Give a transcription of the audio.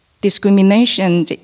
discrimination